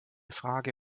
frage